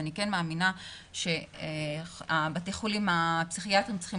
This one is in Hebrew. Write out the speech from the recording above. ואני מאמינה שבתי החולים הפסיכיאטריים צריכים